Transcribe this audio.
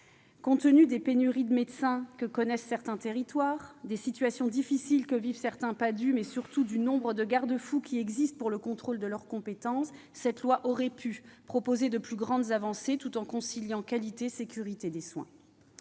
Compte tenu des pénuries de médecins que connaissent certains territoires, des situations difficiles que vivent certains Padhue, mais surtout des nombreux garde-fous qui existent pour le contrôle de leurs compétences, cette loi aurait pu prévoir de plus grandes avancées, tout en conciliant qualité et sécurité des soins.